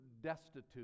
destitute